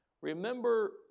Remember